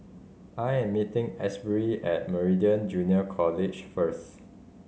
I'm meeting Asbury at Meridian Junior College first